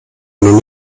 noch